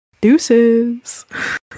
deuces